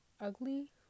Ugly